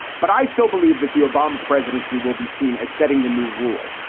but i still believe that the obama presidency will be seen as setting the new rule.